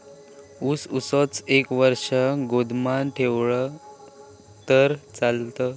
ऊस असोच एक वर्ष गोदामात ठेवलंय तर चालात?